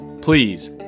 Please